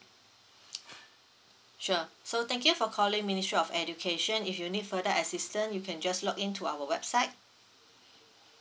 sure so thank you for calling ministry of education if you need further assistant you can just login to our website